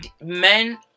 men